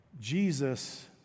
Jesus